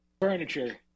furniture